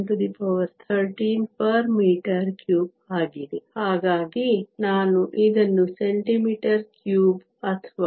ಹಾ ಗಾ ಗಿ ನಾ ನು ಇ ದನ್ನು c m3 ಅ ಥ ವಾ 8